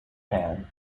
pan